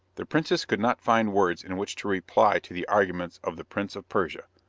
the princess could not find words in which to reply to the arguments of the prince of persia,